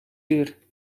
uur